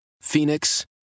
Phoenix